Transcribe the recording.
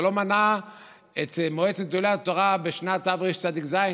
בשנת תרצ"ז,